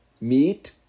meat